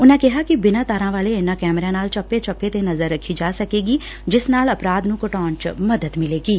ਉਨੂਾਂ ਕਿਹਾ ਕਿ ਬਿਨਾਂ ਤਾਰਾਂ ਵਾਲੇ ਇਨੂਾਂ ਕੈਮਰਿਆਂ ਨਾਲ ਚੱਪੇ ਚੱਪੇ ਤੇ ਨਜ਼ਰ ਰੱਖੀ ਜਾ ਸਕੇਗੀ ਜਿਸ ਨਾਲ ਅਪਰਾਧ ਨੂੰ ਘਟਾਉਣ ਚ ਮਦਦ ਮਿਲੇਗੀ